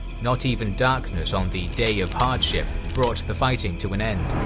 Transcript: not even darkness on the day of hardship brought the fighting to an end,